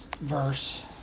verse